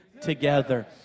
Together